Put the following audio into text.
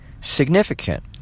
significant